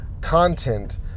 content